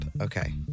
Okay